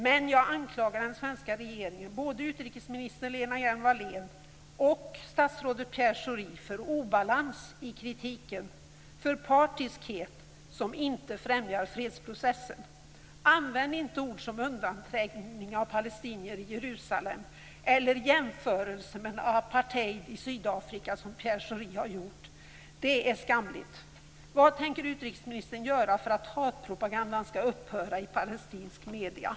Men jag anklagar den svenska regeringen - både utrikesminister Lena Hjelm-Wallén och statsrådet Pierre Schori - för obalans i kritiken och för partiskhet som inte främjar fredsprocessen. Använd inte ord som "undanträngning av palestinier" i fråga om Jerusalem eller jämförelser med apartheid i Sydafrika som Pierre Schori har gjort! Det är skamligt! Vad tänker utrikesministern göra för att hatpropagandan skall upphöra i palestinska medier?